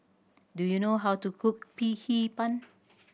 do you know how to cook Hee Pan